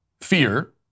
fear